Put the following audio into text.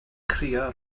crio